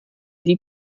die